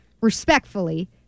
respectfully